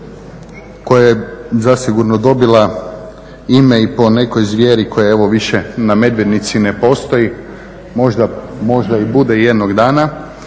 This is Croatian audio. koja je zasigurno dobila ime i po nekoj zvijeri koja više na Medvednici ne postoji, možda i bude jednog dana.